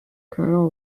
colonel